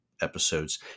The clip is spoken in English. episodes